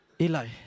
Eli